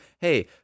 Hey